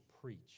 preach